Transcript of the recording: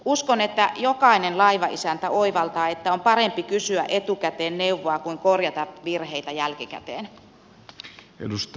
uskon että jokainen laivanisäntä oivaltaa että on parempi kysyä etukäteen neuvoa kuin korjata virheitä jälkikäteen